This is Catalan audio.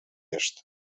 est